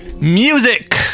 music